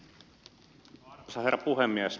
arvoisa herra puhemies